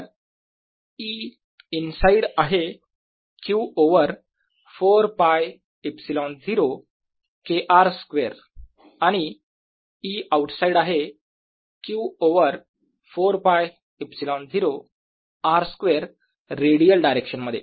DinsideQ4πr2 ErQ4π0Kr2r तर E inside आहे Q over 4π ε0 K r square आणि E आउटसाईड आहे Q over 4 π ε0 r square radial direction मध्ये